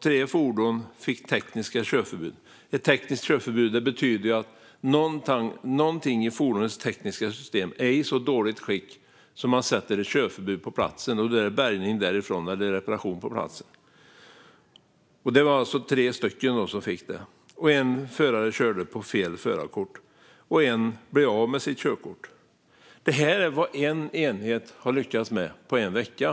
Tre fordon fick tekniska körförbud. Ett tekniskt körförbud betyder att någonting i fordonets tekniska system är i så dåligt skick att ett körförbud ges på platsen. Då är det bärgning därifrån eller reparation på platsen som gäller. Det var alltså tre fordon som fick detta. En förare körde på fel förarkort, och en blev av med sitt körkort. Detta är vad en enhet har lyckats med på en vecka.